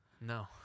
No